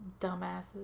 dumbasses